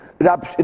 Rab